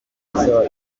bisaba